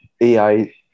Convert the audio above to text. AI